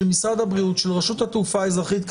של משרד הבריאות ושל רשות התעופה האזרחית,